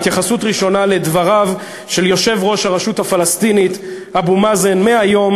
התייחסות ראשונה לדבריו של יושב-ראש הרשות הפלסטינית אבו מאזן מהיום